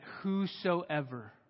whosoever